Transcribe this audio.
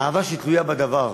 אהבה שתלויה בדבר: